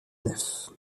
nef